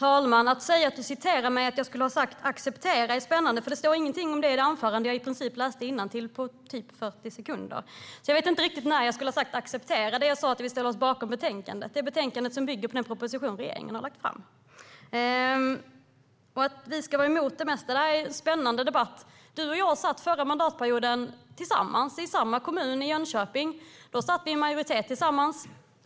Herr talman! Att jag skulle ha sagt "acceptera" är spännande, för det står ingenting om det i det anförande som jag i princip läste innantill från under ca 40 sekunder. Jag vet inte riktigt när jag skulle ha sagt "acceptera". Det jag sa är att vi ställer oss bakom det betänkande som bygger på den proposition som regeringen har lagt fram. Du och jag satt förra mandatperioden tillsammans i majoritet i Jönköpings kommun, Mats Green.